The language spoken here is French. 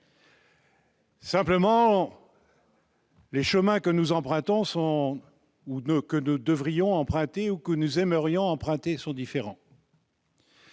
Simplement, les chemins que nous devrions ou aimerions emprunter sont différents.